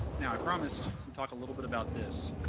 now i promised we'd talk a little bit about this.